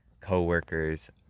co-workers